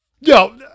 Yo